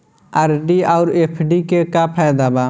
RD आउर FD के का फायदा बा?